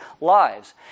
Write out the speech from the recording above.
lives